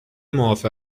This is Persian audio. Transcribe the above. معاف